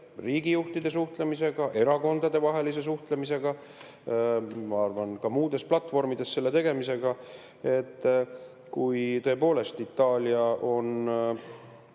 riigijuhtide suhtlemisega, erakondadevahelise suhtlemisega, ma arvan, ka muudes platvormides selle tegemisega. [Kuna] Itaalia on